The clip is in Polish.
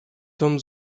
dom